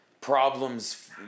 problems